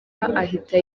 ahita